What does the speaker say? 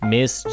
Miss